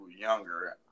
younger